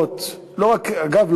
אחיזות אגב,